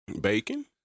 Bacon